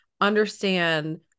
understand